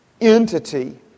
entity